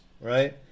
right